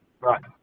Right